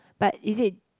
but is it